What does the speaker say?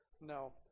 no